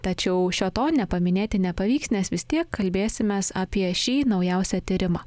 tačiau šio to nepaminėti nepavyks nes vis tiek kalbėsimės apie šį naujausią tyrimą